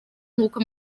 nkuko